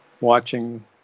watching